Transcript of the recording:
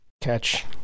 Catch